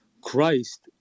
Christ